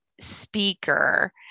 speaker